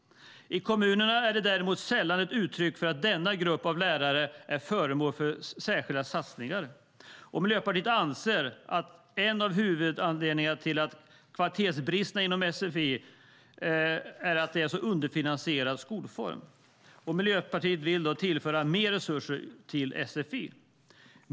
I kommunerna är det däremot sällan uttryckt att denna grupp av lärare är föremål för särskilda satsningar. Miljöpartiet anser att en av huvudanledningarna till kvalitetsbristerna inom sfi är att det är en underfinansierad skolform. Vi vill tillföra mer resurser till sfi.